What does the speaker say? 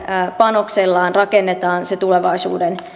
panoksellaan rakennetaan se tulevaisuuden